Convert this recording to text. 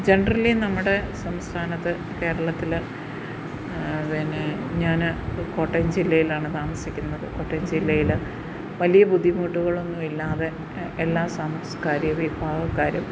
generally നമ്മുടെ സംസ്ഥാനത്ത് കേരളത്തിൽ പിന്നെ ഞാൻ കോട്ടയം ജില്ലയിലാണ് താമസിക്കുന്നത് കോട്ടയം ജില്ലയിൽ വലിയ ബുദ്ധിമുട്ടുകളൊന്നും ഇല്ലാതെ എല്ലാ സാംസ്കാരിക വിഭാഗക്കാരും